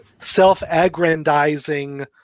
self-aggrandizing